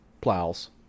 Plows